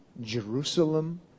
Jerusalem